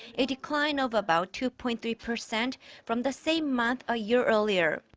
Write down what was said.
a decline of about two point three percent from the same month a year earlier.